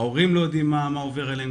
ההורים לא יודעים מה עובר עליהם,